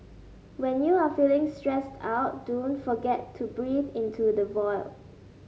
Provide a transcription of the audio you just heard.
when you are feeling stressed out don't forget to breathe into the void